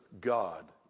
God